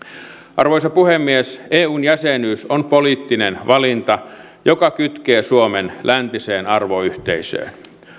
arvoisa puhemies eun jäsenyys on poliittinen valinta joka kytkee suomen läntiseen arvoyhteisöön